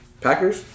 Packers